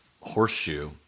horseshoe